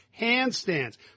Handstands